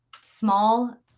small